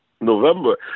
November